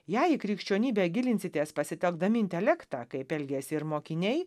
jei į krikščionybę gilinsitės pasitelkdami intelektą kaip elgiasi ir mokiniai